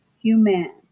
human